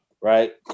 right